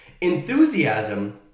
Enthusiasm